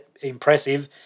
impressive